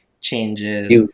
changes